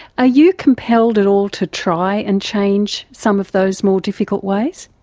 ah you compelled at all to try and change some of those more difficult ways?